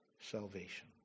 salvation